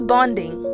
Bonding